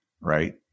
right